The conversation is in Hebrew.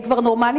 כבר נורמלים,